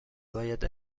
باید